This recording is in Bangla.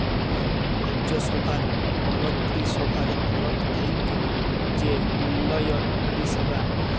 রাজ্যসভার মলত্রিসভার তরফ থ্যাইকে যে উল্ল্যয়ল পরিষেবা